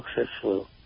successful